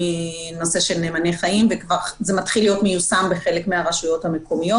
וזה כבר מתחיל להיות מיושם בחלק מן הרשויות המקומיות.